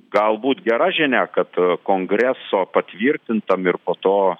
galbūt gera žinia kad kongreso patvirtintam ir po to